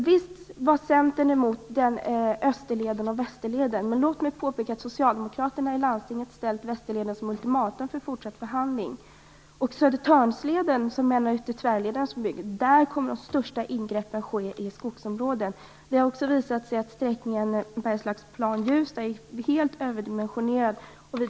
Visst var Centern emot Österleden och Västerleden, men låt mig påpeka att socialdemokraterna i landstinget ställt upp Västerleden som ultimatum för en fortsatt förhandling. Södertörnsleden är en av de yttre tvärlederna som byggs. Där kommer de största ingreppen att ske i skogsområden. Det har också visat sig att sträckningen Bergslagsplan-Hjulsta är helt överdimensionerad.